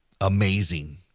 Amazing